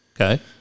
Okay